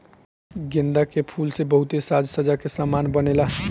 गेंदा के फूल से बहुते साज सज्जा के समान बनेला